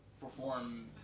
perform